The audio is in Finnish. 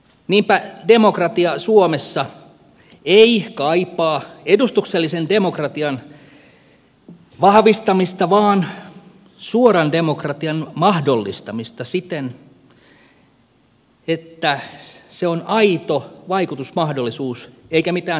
niinpä demokratia suomessa ei kaipaa edustuksellisen demokratian vahvistamista vaan suoran demokratian mahdollistamista siten että se on aito vaikutusmahdollisuus eikä mitään sanahelinää